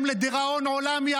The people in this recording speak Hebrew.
החורבן.